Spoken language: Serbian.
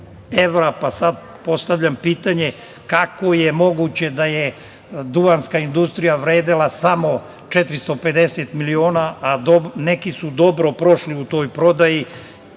Sad postavljam pitanje – kako je moguće da je „Duvanska industrija“ vredela samo 450 miliona, a neki su dobro prošli u toj prodaji,